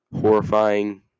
horrifying